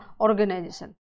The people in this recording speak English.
organization